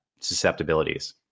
susceptibilities